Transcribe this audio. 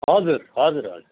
हजुर हजुर हजुर